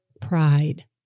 pride